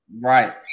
Right